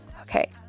okay